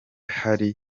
hari